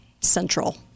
central